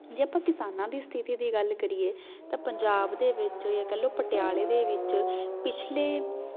ਜੇ ਆਪਾਂ ਕਿਸਾਨਾਂ ਦੀ ਸਥਿਤੀ ਦੀ ਗੱਲ ਕਰੀਏ ਤਾਂ ਪੰਜਾਬ ਦੇ ਵਿੱਚ ਜਾਂ ਕਹਿ ਲਓ ਪਟਿਆਲੇ ਦੇ ਵਿੱਚ ਪਿਛਲੇ